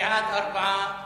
בעד, 4,